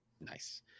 Nice